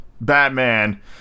Batman